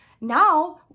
Now